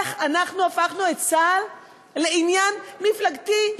איך אנחנו הפכנו את צה"ל לעניין מפלגתי,